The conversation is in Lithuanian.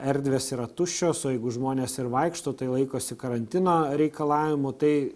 erdvės yra tuščios o jeigu žmonės ir vaikšto tai laikosi karantino reikalavimų tai